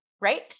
Right